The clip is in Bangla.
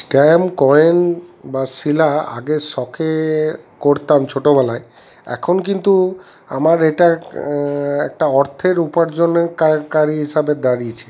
স্ট্যাম্প কয়েন বা শিলা আগে শখে করতাম ছোটোবেলায় এখন কিন্তু আমার এটা একটা অর্থের উপার্জন কারী হিসেবে দাঁড়িয়েছে